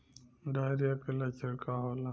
Diarrhoea के लक्षण का होला?